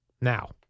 Now